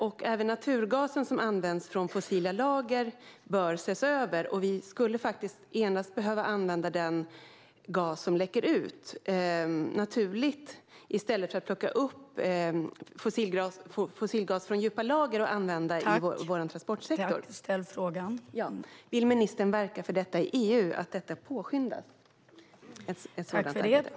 Även den naturgas som används från fossila lager bör ses över, och vi skulle faktiskt behöva använda endast den gas som läcker ut naturligt i stället för att plocka upp fossilgas från djupa lager och använda i vår transportsektor. Vill ministern verka i EU för att ett sådant arbete påskyndas?